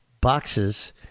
boxes